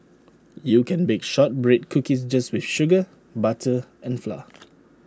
you can bake Shortbread Cookies just with sugar butter and flour